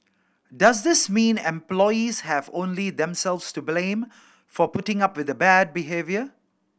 does this mean employees have only themselves to blame for putting up with the bad behaviour